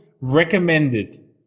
recommended